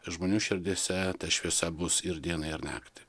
žmonių širdyse ta šviesa bus ir dieną ir naktį